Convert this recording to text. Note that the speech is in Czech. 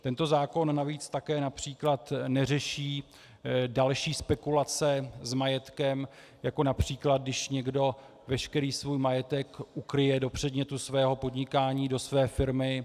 Tento zákon navíc také například neřeší další spekulace s majetkem, jako například když někdo veškerý svůj majetek ukryje do předmětu svého podnikání, do své firmy.